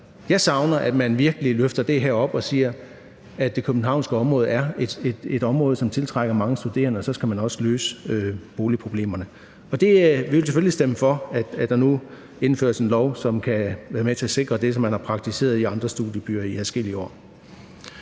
jeg savner, at man virkelig løfter det her op og siger, at det københavnske område er et område, som tiltrækker mange studerende, og at man så også skal løse boligproblemerne. Vi vil selvfølgelig stemme for, at der nu indføres en lov, som kan være med til at sikre det, som man har praktiseret i andre studiebyer i adskillige år.